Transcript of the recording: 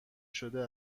شده